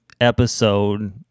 episode